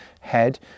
head